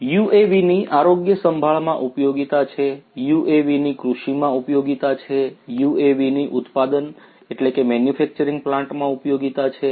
UAVs ની આરોગ્ય સંભાળમાં ઉપયોગીતા છે UAVs ની કૃષિમાં ઉપયોગીતા છે UAVs ની ઉત્પાદન મેન્યુફેક્ચરિંગ પ્લાન્ટ્સમાં ઉપયોગીતા છે